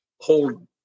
hold